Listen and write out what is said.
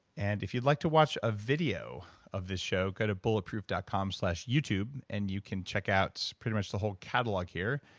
and if you'd like to watch a video of this show, go to bulletproof dot com slash youtube and you can check out pretty much the whole catalog here.